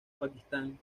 pakistán